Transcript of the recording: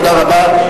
תודה רבה.